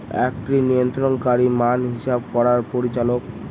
একটি নিয়ন্ত্রণকারী মান হিসাব করার পরিচালক